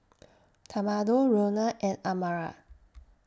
Tamatha Roena and Amara